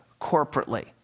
corporately